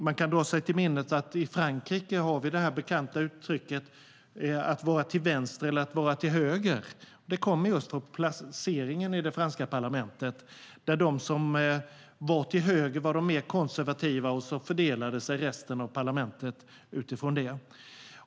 Man kan dra sig till minnes att i Frankrike har man det bekanta uttrycket att vara till vänster eller att vara till höger. Det kommer just från placeringen i det franska parlamentet, där de som satt till höger var de mer konservativa och resten av parlamentet fördelade sig utifrån det.